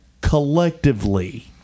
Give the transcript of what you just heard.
collectively